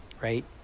right